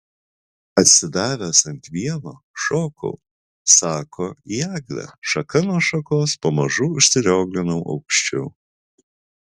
atsidavęs ant vieno šokau sako į eglę šaka nuo šakos pamažu užsirioglinau aukščiau